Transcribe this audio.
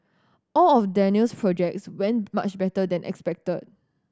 all of Daniel's projects went much better than expected